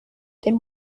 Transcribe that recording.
then